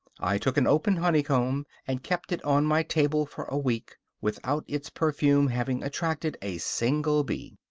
i took an open honeycomb, and kept it on my table for a week, without its perfume having attracted a single bee.